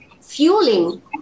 fueling